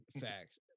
Facts